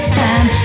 time